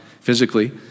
physically